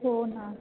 हो ना